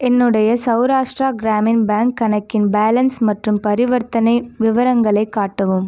என்னுடைய சௌராஷ்டிரா கிராமின் பேங்க் கணக்கின் பேலன்ஸ் மற்றும் பரிவர்த்தனை விவரங்களை காட்டவும்